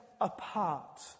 apart